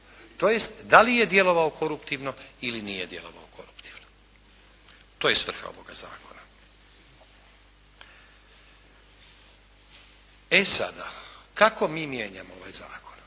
tj. da li je djelovao koruptivno ili nije djelovao koruptivno. To je svrha ovoga zakona. E sada, kako mi mijenjamo ovaj zakon?